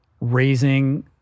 raising